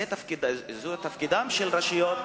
זה תפקידן של רשויות,